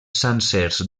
sencers